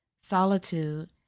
Solitude